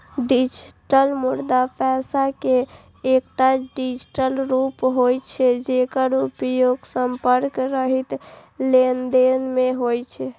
digital मुद्रा पैसा के एकटा डिजिटल रूप होइ छै, जेकर उपयोग संपर्क रहित लेनदेन मे होइ छै